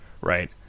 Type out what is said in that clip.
Right